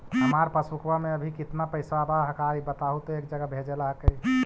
हमार पासबुकवा में अभी कितना पैसावा हक्काई बताहु तो एक जगह भेजेला हक्कई?